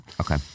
okay